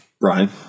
Brian